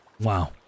Wow